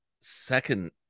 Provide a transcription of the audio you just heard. second